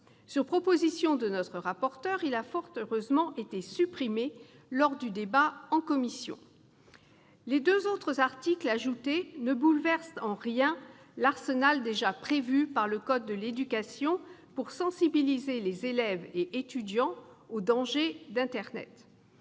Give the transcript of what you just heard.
Sur proposition de notre rapporteur, il a fort heureusement été supprimé en commission. Les deux autres articles ajoutés ne bouleversent en rien l'arsenal déjà prévu par le code de l'éducation pour sensibiliser les élèves et les étudiants aux dangers de l'internet.